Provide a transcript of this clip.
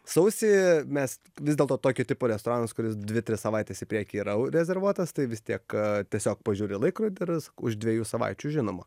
sausį mes vis dėlto tokio tipo restoranas kuris dvi tris savaites į priekį yra u rezervuotas tai vis tiek tiesiog pažiūri į laikrodį ir už dviejų savaičių žinoma